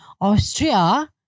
Austria